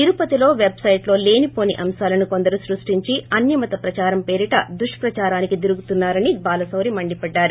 తిరుపతి వెబ్సైట్లో లేనిపోని అంశాలను కొందరు సృష్టించి అన్నమత ప్రచారం పేరిట దుష్పచారనికి దిగుతున్నా రని బాలశౌరి మండిపడ్లారు